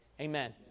Amen